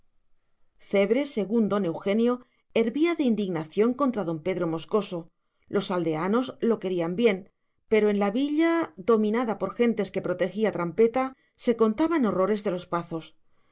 cebre según don eugenio hervía en indignación contra don pedro moscoso los aldeanos lo querían bien pero en la villa dominada por gentes que protegía trampeta se contaban horrores de los pazos